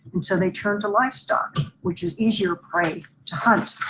and so they turned to livestock which is easier prey to hunt.